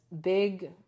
big